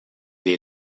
les